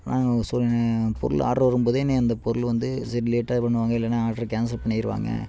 ஆனால் அவங்க பொருள் ஆர்டர் வரும்போதே என்னை அந்த பொருள் வந்து சரி லேட்டாக பண்ணுவாங்க இல்லைன்னா ஆர்டரை கேன்சல் பண்ணிடுவாங்க